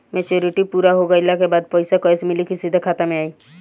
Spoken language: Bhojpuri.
मेचूरिटि पूरा हो गइला के बाद पईसा कैश मिली की सीधे खाता में आई?